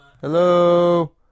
Hello